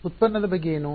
ಉತ್ಪನ್ನದ ಬಗ್ಗೆ ಏನು